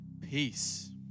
peace